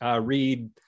read